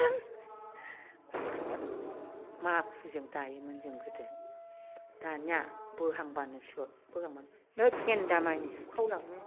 ख्लां ग्रद माखुजों दायोमोन जों गोदो दानिया बोहांबानो स्ल'द बोहांबानो नै फेन्दामानि सुखावलाङो